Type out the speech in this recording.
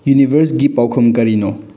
ꯌꯨꯅꯤꯕꯔꯁꯒꯤ ꯄꯥꯎꯈꯨꯝ ꯀꯔꯤꯅꯣ